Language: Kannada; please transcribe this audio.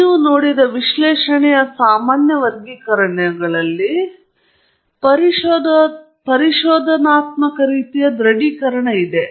ನೀವು ನೋಡಿದ ವಿಶ್ಲೇಷಣೆಯ ಸಾಮಾನ್ಯ ವರ್ಗೀಕರಣಗಳಲ್ಲಿ ಒಂದಾದ ಪರಿಶೋಧನಾ ಪದ್ಯಗಳು ದೃಢೀಕರಣವಾಗಿದೆ